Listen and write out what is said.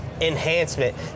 Enhancement